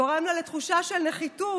גורם לה לתחושת נחיתות,